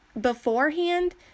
beforehand